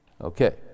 Okay